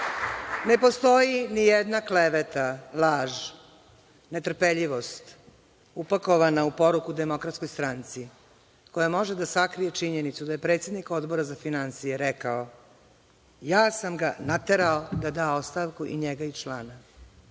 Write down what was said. postoji nijedna kleveta, laž, netrpeljivost upakovana u poruku Demokratskoj stranci koja može da sakrije činjenicu da je predsednik Odbora za finansije rekao: „Ja sam ga naterao da da ostavku, i njega i člana.